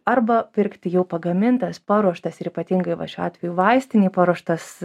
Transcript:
arba pirkti jau pagamintas paruoštas ir ypatingai va šiuo atveju vaistinėj paruoštas